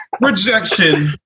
Rejection